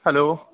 hello